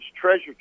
treasure